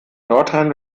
nordrhein